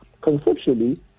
Conceptually